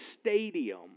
stadium